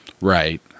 Right